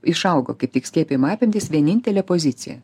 išaugo kaip tik skiepijimo apimtys vienintelė pozicija